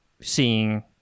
seeing